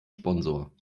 sponsor